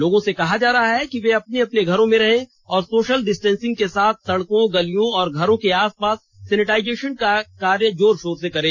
लोगों से कहा जा रहा है कि वे अपने अपने घरों में रहे और सोषल डिस्टेंसिंग के साथ सड़कों गलियों और घरों के आसपास सेनेटाइजेषन कार्य जोर षोर से करे